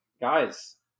guys